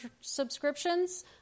subscriptions